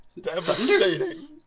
Devastating